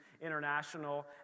International